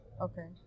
okay